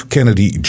Kennedy